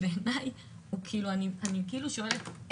אני שואלת,